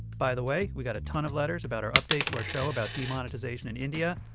by the way, we got a ton of letters about our update to our show about demonetization in india.